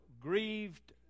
grieved